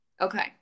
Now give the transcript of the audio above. okay